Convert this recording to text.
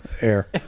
air